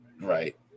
right